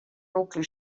nucli